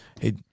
hey